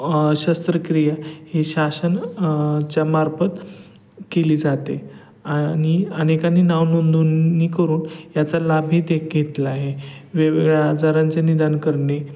शस्त्रक्रिया ही शासन च्या मार्फत केली जाते आणि अनेकांनी नाव नोंदणी करून याचा लाभही देख घेतला आहे वेगवेगळ्या आजारांचे निदान करणे